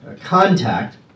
contact